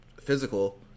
Physical